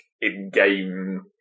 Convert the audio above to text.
in-game